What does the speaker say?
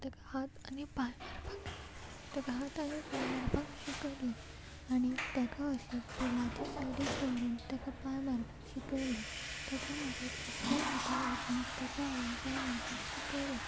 ताका हात आनी पांय मारपाक ताका हात आनी पांय मारपाक शिकयलें आनी ताका अशें पुलाचे सायडीक दवरून ताका पांय मारपाक शिकयलें तेच्या मागीर उदकांत भितर वचून ताका हांवें पांय मारपाक शिकयलें